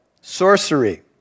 Sorcery